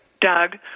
Doug